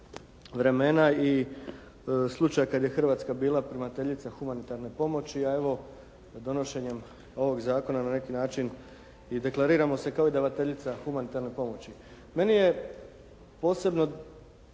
vremena i slučaja kad je Hrvatska bila primateljica humanitarne pomoći, a evo donošenjem ovog zakona na neki način i deklariramo se kao davateljica humanitarne pomoći. Meni je posebno